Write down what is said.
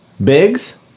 Biggs